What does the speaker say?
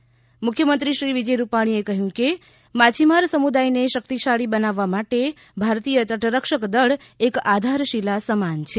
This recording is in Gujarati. ે મુખ્યમંત્રી શ્રી વિજય રૂપાણીએ કહ્યું કે માછીમાર સમુદાયને શક્તિશાળી બનાવવા માટે ભારતીય તટરક્ષક દળ એક આધારશીલા સમાન છે